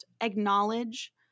acknowledge